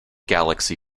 galaxy